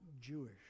Jewish